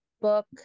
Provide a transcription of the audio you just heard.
book